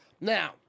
now